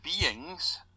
beings